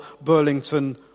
Burlington